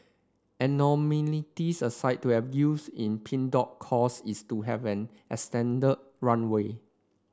aside to have youths in Pink Dot cause is to have an extended runway